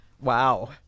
Wow